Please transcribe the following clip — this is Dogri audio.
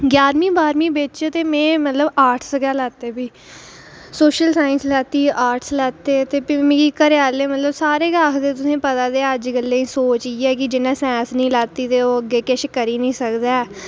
ग्यारहमीं बारहमीं बिच में आर्टस गै लेते भी सोशल साईंस लैती आर्टस लैते ते भी मिगी घरेंआह्लें मतलब सारे गै आखदे भी तुसेंगी पता ते ऐ कि अज्जकल दी सोच इ'यै कि जिन्ने साईंस निं लैती ओह् अग्गें किश करी निं सकदा ऐ